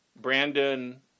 Brandon